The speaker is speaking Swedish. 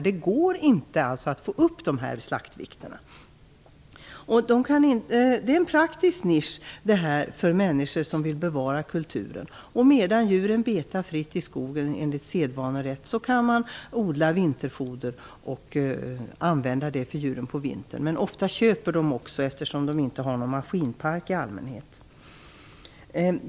Det går inte att få upp slaktvikterna. Det är en praktisk nisch för människor som vill bevara kulturen. Medan djuren betar fritt i skogen enligt sedvanerätt kan man odla vinterfoder och använda det till djuren på vintern. Men ofta köper man också, eftersom man i allmänhet inte har någon maskinpark.